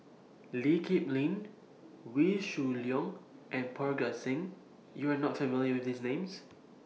Lee Kip Lin Wee Shoo Leong and Parga Singh YOU Are not with These Names